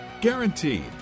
Guaranteed